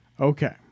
Okay